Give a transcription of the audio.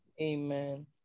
Amen